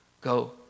go